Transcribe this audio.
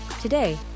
Today